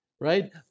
right